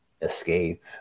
escape